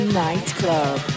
nightclub